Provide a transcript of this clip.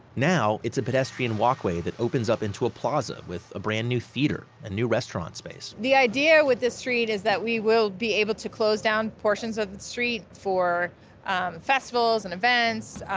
now, it's a pedestrian walkway that opens up into a plaza with a brand new theatre and new restaurant space. the idea with this street is that we will be able to close down portions of the street for festivals and events,